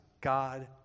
God